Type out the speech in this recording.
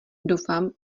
doufám